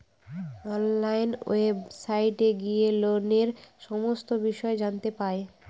online ওয়েবসাইটে গিয়ে লোনের সমস্ত বিষয় জানতে পাই